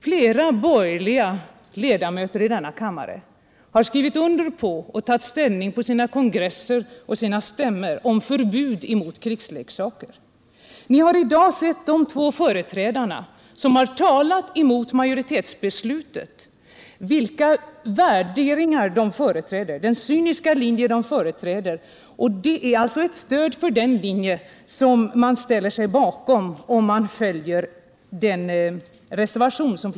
Flera borgerliga ledamöter av denna kammare har på sina kongresser och stämmor tagit ställning för ett förbud mot krigsleksaker. Ni har i dag lyssnat på de två företrädare som talat emot utskottsmajoritetens förslag och hört vilka värderingar de har och vilken cynisk linje de företräder. Det är alltså den linjen man stöder om man röstar på reservationen.